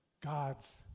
God's